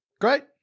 Great